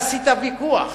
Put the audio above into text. להסיט את הוויכוח.